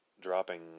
dropping